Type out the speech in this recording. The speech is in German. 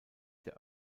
der